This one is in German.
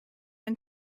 ein